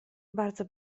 bardzo